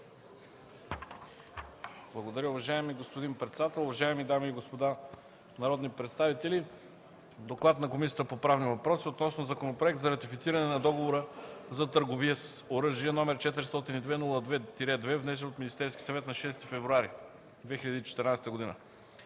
Благодаря. Уважаеми господин председател, уважаеми дами и господа народни представители! „ДОКЛАД на Комисията по правни въпроси Относно: Законопроект за ратифициране на Договора за търговия с оръжие, № 402-02-2, внесен от Министерския съвет на 6 февруари 2014 г.